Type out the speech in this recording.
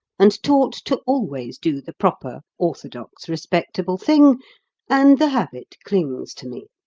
and taught to always do the proper, orthodox, respectable thing and the habit clings to me.